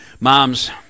moms